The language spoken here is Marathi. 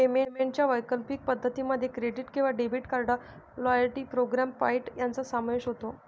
पेमेंटच्या वैकल्पिक पद्धतीं मध्ये क्रेडिट किंवा debit card, loyalty programme point यांचा समावेश होतो